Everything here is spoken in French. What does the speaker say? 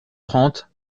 trente